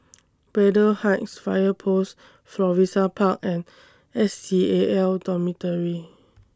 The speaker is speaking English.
Braddell Heights Fire Post Florissa Park and S C A L Dormitory